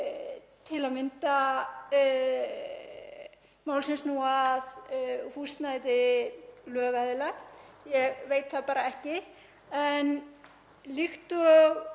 til að mynda mál sem snúa að húsnæði lögaðila. Ég veit það bara ekki. En líkt og